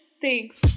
thanks